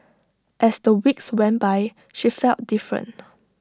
as the weeks went by she felt different